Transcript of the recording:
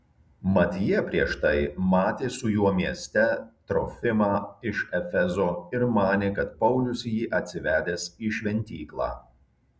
mat jie prieš tai matė su juo mieste trofimą iš efezo ir manė kad paulius jį atsivedęs į šventyklą